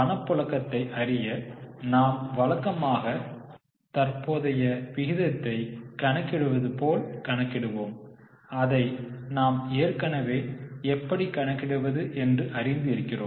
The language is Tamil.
பணப்புழக்கத்தை அறிய நாம் வழக்கமாக தற்போதைய விகிதத்தை கணக்கிடுவது போல் கணக்கிடுவோம் அதை நாம் ஏற்கனவே எப்படி கணக்கிடுவது என்று அறிந்து இருக்கிறோம்